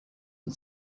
and